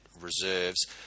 reserves